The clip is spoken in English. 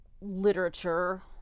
literature